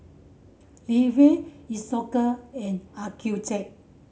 Isocal and Accucheck